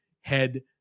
head